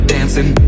Dancing